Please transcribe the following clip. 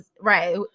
right